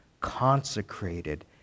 consecrated